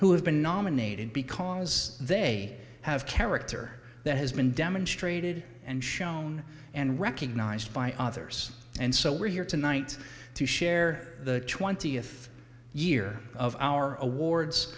who have been nominated because they have character that has been demonstrated and shown and recognized by others and so we're here tonight to share the twentieth year of our awards